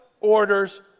orders